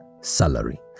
salary